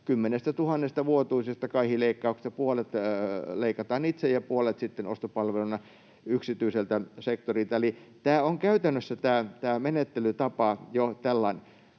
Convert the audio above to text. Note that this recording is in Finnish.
10 000 vuotuisesta kaihileikkauksesta puolet leikataan itse ja puolet sitten ostopalveluna yksityiseltä sektorilta. Eli tämä menettelytapa on